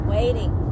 Waiting